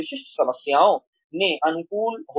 विशिष्ट समस्याओं के अनुकूल हो